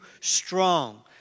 strong